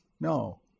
No